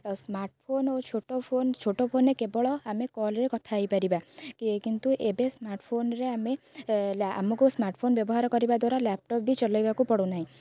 ଆଉ smart phone ଆଉ ଛୋଟ ଫୋନ୍ ଛୋଟ ଫୋନ୍ କେବଳ ଆମେ କଲ୍ରେ କଥା ହୋଇପାରିବା କିନ୍ତୁ ଏବେ ସ୍ମାର୍ଟ୍ ଫୋନ୍ରେ ଆମେ ଆମକୁ ସ୍ମାର୍ଟ୍ ଫୋନ୍ ବ୍ୟବହାର କରିବା ଦ୍ଵାରା ଲ୍ୟାପ୍ଟପ୍ ବି ଚଲାଇବାକୁ ପଡ଼ୁନାହିଁ